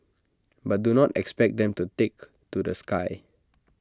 but do not expect them to take to the sky